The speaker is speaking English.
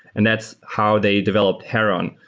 and that's how they developed heron,